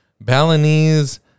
Balinese